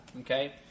Okay